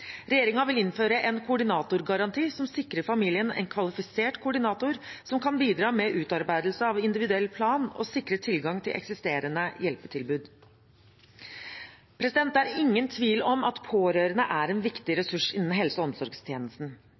vil innføre en koordinatorgaranti som sikrer familiene en kvalifisert koordinator som kan bidra med utarbeidelse av en individuell plan og sikre tilgang til eksisterende hjelpetilbud. Det er ingen tvil om at pårørende er en viktig ressurs innen helse- og omsorgstjenesten.